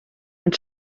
mit